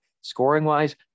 scoring-wise